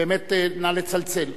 באמת, נא לצלצל.